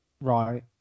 Right